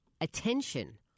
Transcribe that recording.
attention